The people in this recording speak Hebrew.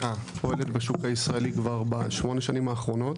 פועלת בשוק הישראלי בשמונה השנים האחרונות.